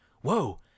Whoa